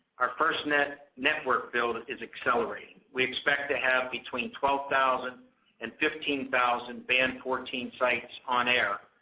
our firstnet network build is accelerating, we expect to have between twelve thousand and fifteen thousand band, fourteen sites on air,